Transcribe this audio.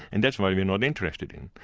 and that's what we are not interested in.